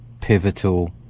pivotal